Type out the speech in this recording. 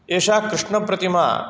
एषा कृष्णप्रतिमा